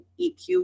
EQ